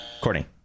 Courtney